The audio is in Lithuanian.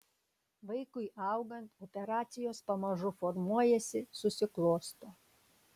vaikui augant operacijos pamažu formuojasi susiklosto